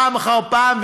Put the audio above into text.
פעם אחר פעם,